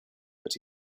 but